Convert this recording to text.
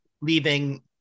leaving